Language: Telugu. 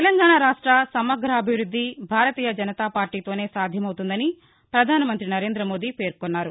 తెలంగాణ రాష్ట సమగ్రాభివృద్ది భారతీయ జనతాపార్టీతోనే సాధ్యమని పధానమంత్రి నరేంరమోదీ పేర్కొన్నారు